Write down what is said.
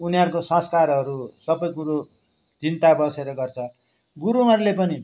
उनीहरूको संस्कारहरू सबै कुरो चिन्ता बसेर गर्छ गुरुङहरूले पनि